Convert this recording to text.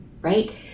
right